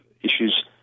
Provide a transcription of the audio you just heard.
issues